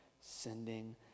sending